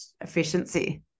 efficiency